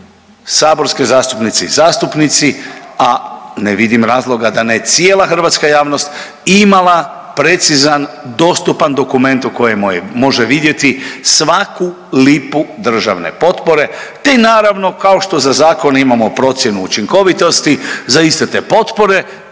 saborske zastupnice i zastupnici, a ne vidim razloga da ne cijela hrvatska javnost imala precizan, dostupan dokument u kojem može vidjeti svaku lipu državne potpore te naravno kao što za zakone imamo procjenu učinkovitosti za iste te potpore